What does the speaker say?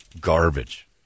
garbage